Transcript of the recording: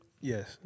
Yes